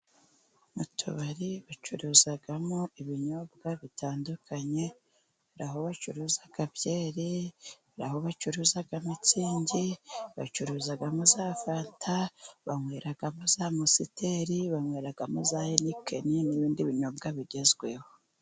Mu tubari bacuruzamo ibinyobwa bitandukanye. Aho bacuruza byeri, aho bacuruza mitsingi, bacuruzamo za fanta, banyweramo za musiteri, bamweyweremo za henikeni, n'ibindi binyobwa bigezweho.